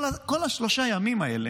כל שלושת הימים האלה,